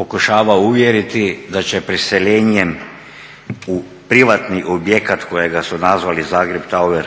pokušava uvjeriti da će preseljenjem u privatni objekat kojega su nazvali Zagreb Tower